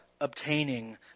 obtaining